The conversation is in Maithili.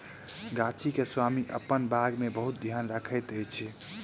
गाछी के स्वामी अपन बाग के बहुत ध्यान रखैत अछि